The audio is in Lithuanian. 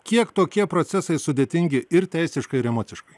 kiek tokie procesai sudėtingi ir teisiškai ir emociškai